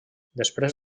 després